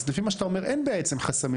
אז לפי מה שאתה אומר אין בעצם חסמים,